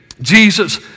Jesus